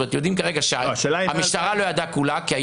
יודעים כרגע שהמשטרה כולה לא ידעה,